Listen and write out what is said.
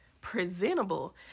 presentable